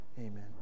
Amen